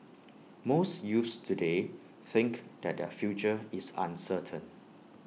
most youths today think that their future is uncertain